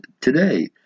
today